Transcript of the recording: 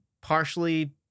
partially